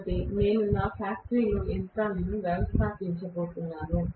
కాబట్టి నేను నా ఫ్యాక్టరీలో యంత్రాలను వ్యవస్థాపించబోతున్నాను